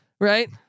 Right